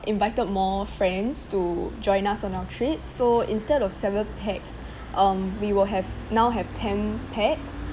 invited more friends to join us on our trip so instead of seven pax um we will have now have ten pax